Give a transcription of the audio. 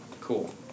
Cool